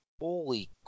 holy